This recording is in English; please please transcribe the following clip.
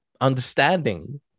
understanding